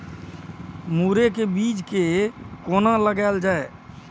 मुरे के बीज कै कोना लगायल जाय?